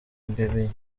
imbibi